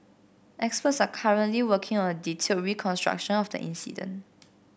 experts are currently working on a detailed reconstruction of the incident